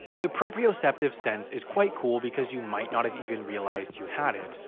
the proprioceptive sense is quite cool because you might not have even realized you had it,